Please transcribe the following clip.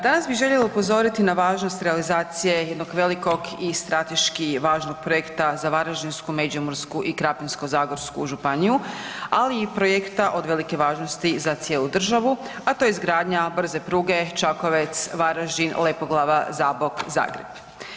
Danas bi željela upozoriti na važnost realizacije jednog velikog i strateški važnog projekta za Varaždinsku, Međimursku i Krapinsko-zagorsku županiju ali i projekta od velike važnosti za cijelu državu a to je izgradnja brze pruge Čakovec-Varaždin-Lepoglava-Zabok-Zagreb.